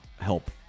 help